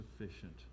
sufficient